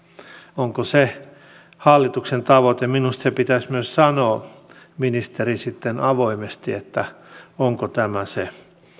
onko se hallituksen tavoite minusta se pitäisi myös sanoa ministeri sitten avoimesti onko tämä se